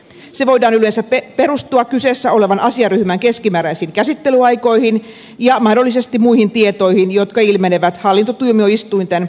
se voi yleensä perustua kyseessä olevan asiaryhmän keskimääräisiin käsittelyaikoihin ja mahdollisesti muihin tietoihin jotka ilmene vät hallintotuomioistuinten asianhallintajärjestelmästä